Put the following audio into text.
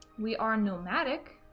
we are nomadic